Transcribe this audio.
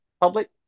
public